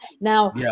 Now